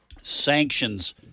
sanctions –